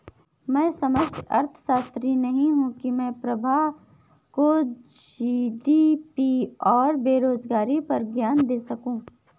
मैं समष्टि अर्थशास्त्री नहीं हूं की मैं प्रभा को जी.डी.पी और बेरोजगारी पर ज्ञान दे सकूं